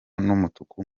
n’umutuku